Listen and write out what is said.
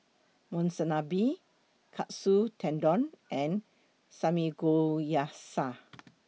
Monsunabe Katsu Tendon and Samgeyopsal